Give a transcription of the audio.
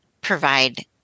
provide